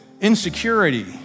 insecurity